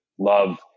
love